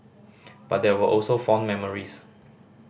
but there were also fond memories